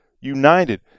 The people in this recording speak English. United